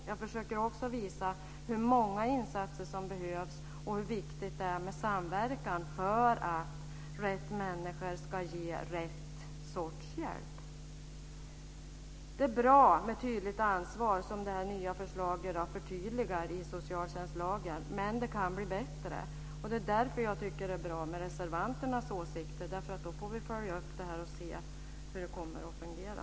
Jag försöker också visa hur många insatser som behövs och hur viktigt det är med samverkan för att rätt människor ska ge rätt sorts hjälp. Det är bra med tydligt ansvar som det nya förslaget förtydligar i socialtjänstlagen, men det kan bli bättre. Därför tycker jag att det är bra med reservanternas åsikter. Vi får då följa upp detta och se hur det kommer att fungera.